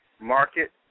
market